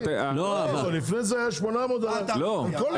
לפני זה היה 800. לא,